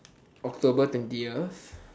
October twentieth